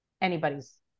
anybody's